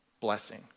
blessing